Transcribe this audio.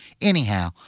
Anyhow